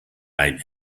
ein